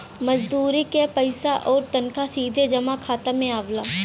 मजदूरी क पइसा आउर तनखा सीधे जमा खाता में आवला